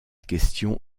question